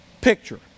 picture